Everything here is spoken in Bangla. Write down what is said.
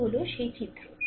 এই হলো সেই চিত্র